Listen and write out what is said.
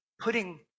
putting